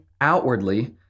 outwardly